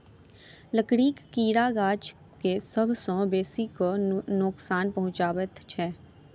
लकड़ीक कीड़ा गाछ के सभ सॅ बेसी क नोकसान पहुचाबैत छै